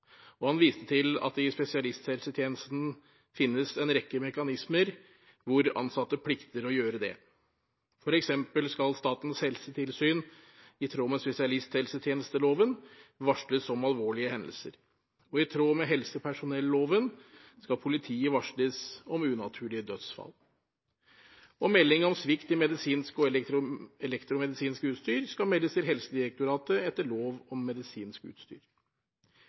og han viste til at det i spesialisthelsetjenesten finnes en rekke mekanismer hvor ansatte plikter å gjøre det. For eksempel skal Statens helsetilsyn, i tråd med spesialisthelsetjenesteloven, varsles om alvorlige hendelser. I tråd med helsepersonelloven skal politiet varsles om unaturlige dødsfall. Melding om svikt i medisinsk og elektromedisinsk utstyr skal meldes til Helsedirektoratet etter lov om medisinsk utstyr.